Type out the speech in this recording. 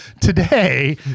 today